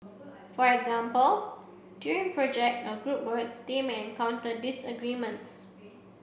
for example during project or group works they may encounter disagreements